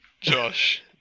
Josh